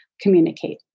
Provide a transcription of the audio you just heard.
communicate